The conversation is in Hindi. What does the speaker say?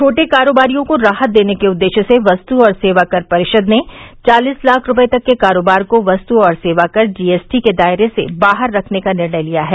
छोटे कारोबारियों को राहत देने के उद्देश्य से वस्तु और सेवाकर परिषद ने चालीस लाख रूपये तक के कारोबार को वस्तु और सेवाकर जी एस टी के दायरे से बाहर रखने का निर्णय किया है